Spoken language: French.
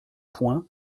point